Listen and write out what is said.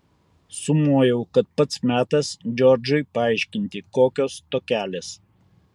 sumojau kad pats metas džordžui paaiškinti kokios tokelės